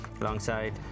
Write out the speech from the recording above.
alongside